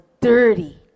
dirty